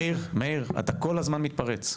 מאיר, אתה כל הזמן מתפרץ.